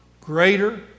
greater